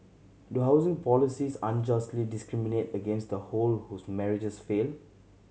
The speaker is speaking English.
do housing policies unjustly discriminate against the who whose marriages failed